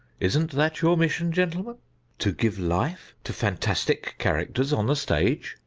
isn't that your mission, gentlemen to give life to fantastic characters on the stage?